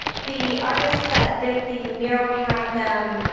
the artist that did the mural behind them